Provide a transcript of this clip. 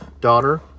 daughter